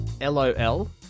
lol